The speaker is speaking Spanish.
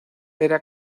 era